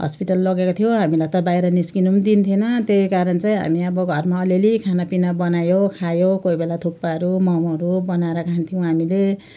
hospital लगेको थियो हामीलाई त अब बाहिर निस्किनु पनि दिन्थेन त्यही कारण चाहिँ हामी अब घरमा अलिअलि खानापिना बनायो खायो कोही बेला थुक्पाहरू मोमोहरू बनाएर खान्थ्यौँ हामीले